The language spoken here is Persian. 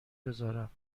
گذارم